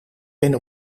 ben